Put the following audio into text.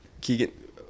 Keegan